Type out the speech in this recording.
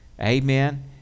amen